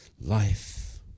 life